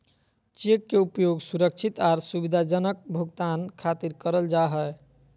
cheque के उपयोग सुरक्षित आर सुविधाजनक भुगतान खातिर करल जा हय